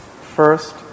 First